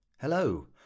Hello